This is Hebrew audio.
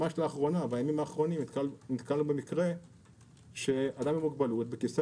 ממש לאחרונה נתקלנו במקרה של אדם עם מוגבלות בכיסא